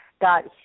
got